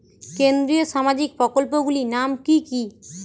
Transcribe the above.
কেন্দ্রীয় সামাজিক প্রকল্পগুলি নাম কি কি?